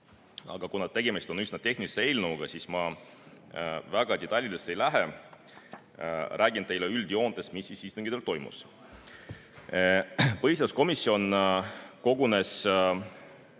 aga kuna tegemist on üsna tehnilise eelnõuga, siis ma väga detailidesse ei lähe. Räägin teile üldjoontes, mis istungitel toimus. Põhiseaduskomisjon kogunes